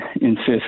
insist